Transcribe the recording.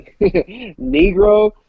Negro